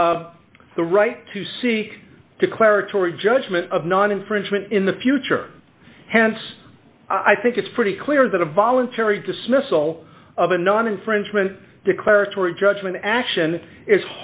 the right to seek declaratory judgment of non infringement in the future hence i think it's pretty clear that a voluntary dismissal of a non infringement declaratory judgment action i